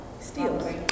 Steals